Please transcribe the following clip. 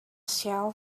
shell